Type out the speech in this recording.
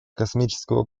космического